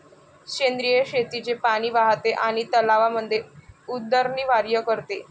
सेंद्रिय शेतीचे पाणी वाहते आणि तलावांमध्ये उदरनिर्वाह करते